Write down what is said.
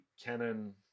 Canon